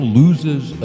loses